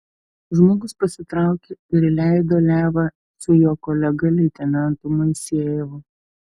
žmogus pasitraukė ir įleido levą su jo kolega leitenantu moisejevu